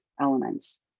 elements